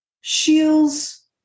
shields